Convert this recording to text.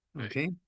Okay